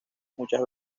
muchas